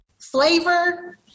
Flavor